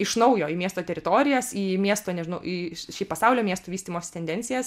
iš naujo į miesto teritorijas į miesto nežinau į šį pasaulio miestų vystymosi tendencijas